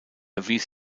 erwies